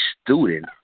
student